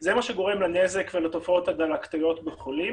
זה מה שגורם לנזק ולתופעות הדלקתיות בחולים.